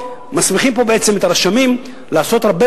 מסמיכים פה בעצם את הרשמים לעשות הרבה